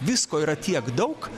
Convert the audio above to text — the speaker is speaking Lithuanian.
visko yra tiek daug